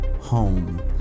home